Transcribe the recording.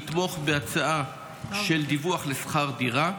אני אתמוך בהצעה של דיווח לשכר דירה.